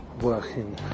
working